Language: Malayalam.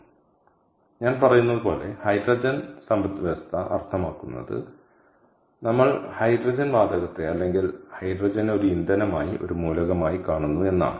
അതിനാൽ ഞാൻ പറയുന്നത് പോലെ ഹൈഡ്രജൻ സമ്പദ്വ്യവസ്ഥ അർത്ഥമാക്കുന്നത് നമ്മൾ ഹൈഡ്രജൻ വാതകത്തെ അല്ലെങ്കിൽ ഹൈഡ്രജനെ ഒരു ഇന്ധനമായി ഒരു മൂലകമായി കാണുന്നു എന്നാണ്